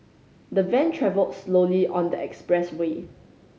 the van travelled slowly on the expressway